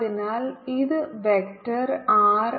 അതിനാൽ ഇത് vector r ആണ്